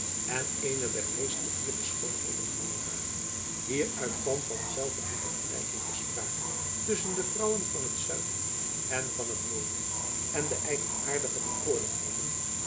en eene der meest gevierde schoonheden van den haag hieruit kwam van zelve een vergelijking ter sprake tusschen de vrouwen van het zuiden en van het noorden en de eigenaardige